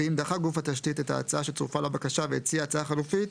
ואם דחה גוף התשתית את ההצעה שצורפה לבקשה והציע הצעה חלופית,